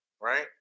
Right